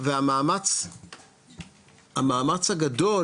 והמאמץ הגדול